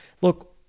Look